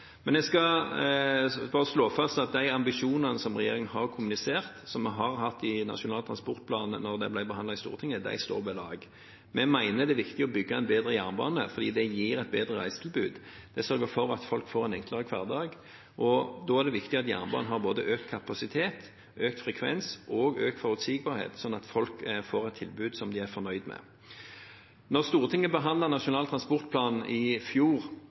men jeg skal bare slå fast at de ambisjonene som regjeringen har kommunisert, som var i Nasjonal transportplan da den ble behandlet i Stortinget, står ved lag. Vi mener det er viktig å bygge en bedre jernbane, for det gir et bedre reisetilbud. Det sørger for at folk får en enklere hverdag, og da er det viktig at jernbanen har både økt kapasitet, økt frekvens og økt forutsigbarhet, slik at folk får et tilbud som de er fornøyd med. Da Stortinget behandlet Nasjonal transportplan i fjor,